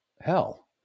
hell